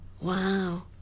Wow